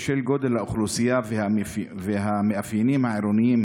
בשל גודל האוכלוסייה והמאפיינים העירוניים